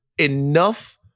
enough